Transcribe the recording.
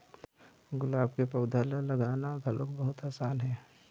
गुलाब के पउधा ल लगाना घलोक बहुत असान हे